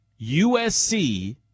USC